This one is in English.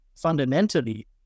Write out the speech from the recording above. fundamentally